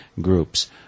groups